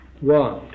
One